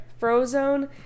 frozone